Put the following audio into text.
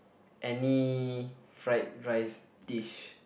any fried rice dish